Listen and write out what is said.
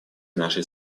нашей